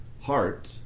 heart